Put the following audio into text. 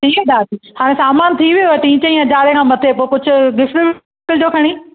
हीअ ॻाल्हि कुझु हाणे सामान थी वियो आहे टी चई हज़ारे खां मथे पोइ कुझु गिफ्ट विफ्ट ॾियो खणी